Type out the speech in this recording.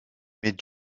mais